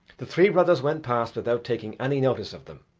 the three brothers went past without taking any notice of them,